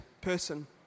person